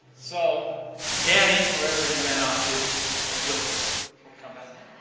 so danny, wherever you ran off to if you'll come back down.